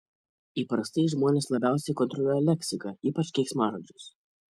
įprastai žmonės labiausiai kontroliuoja leksiką ypač keiksmažodžius